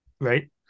right